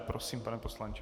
Prosím, pane poslanče.